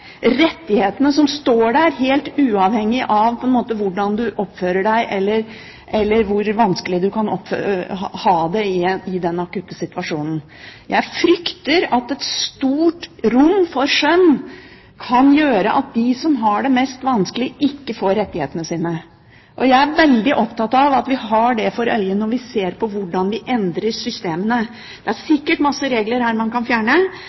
rettighetene som står der, helt uavhengig av hvordan man oppfører seg, eller hvor vanskelig man kan ha det i den akutte situasjonen. Jeg frykter at et stort rom for skjønn kan gjøre at de som har det mest vanskelig, ikke får rettighetene sine. Jeg er veldig opptatt av at vi har det for øye når vi ser på hvordan vi kan endre systemene. Det er sikkert mange regler her som man kan fjerne